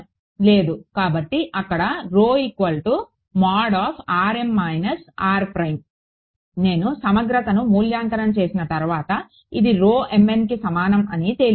లేదు కాబట్టి ఇక్కడ నేను సమగ్రతను మూల్యాంకనం చేసిన తర్వాత ఇది కి సమానం అని తేలింది